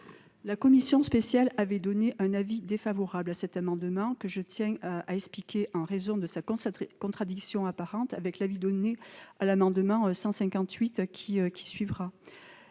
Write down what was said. La commission spéciale avait donné un avis défavorable à cet amendement, et je tiens à expliquer cette position en raison de sa contradiction apparente avec l'avis donné sur l'amendement n° 158 rectifié